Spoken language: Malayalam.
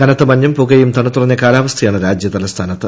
കനത്ത മഞ്ഞും പുകയും തണുത്തുറഞ്ഞ കാലാവസ്ഥയാണ് രാജ്യ തലസ്ഥാനത്ത്